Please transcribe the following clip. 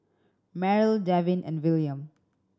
Merrill Devin and Willam